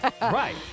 Right